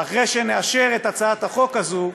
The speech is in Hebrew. אחרי שנאשר את הצעת החוק הזו,